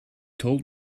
told